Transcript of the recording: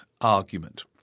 argument